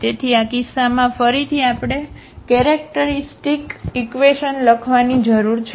તેથી આ કિસ્સામાં ફરીથી આપણે કેરેક્ટરિસ્ટિક ઈક્વેશન લખવાની જરૂર છે